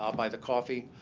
ah i'll buy the coffee.